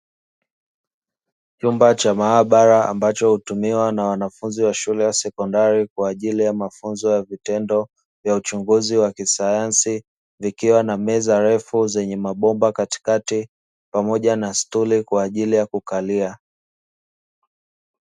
Chumba cha maabara ambacho hutumiwa na wanafunzi wa shule ya sekondari kwa ajili ya mafunzo ya vitendo ya uchunguzi wa wa kisayansi. Kikiwa na meza ndefu zenye bomba katikati pamoja na stuli kwa ajili ya kukalia.